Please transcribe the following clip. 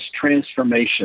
transformation